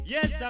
Yes